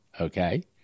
okay